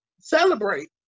celebrate